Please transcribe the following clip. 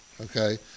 Okay